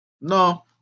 No